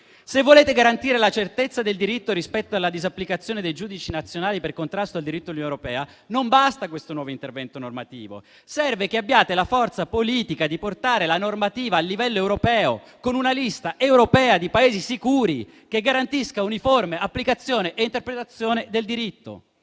Se volete garantire la certezza del diritto rispetto alla disapplicazione dei giudici nazionali per contrasto al diritto dell'Unione europea, non basta questo nuovo intervento normativo. Serve che abbiate la forza politica di portare la normativa a livello europeo, con una lista europea di Paesi sicuri che garantisca uniforme applicazione e interpretazione del diritto.